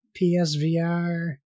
PSVR